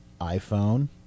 iPhone